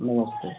नमस्ते